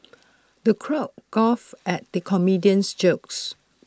the crowd guffawed at the comedian's jokes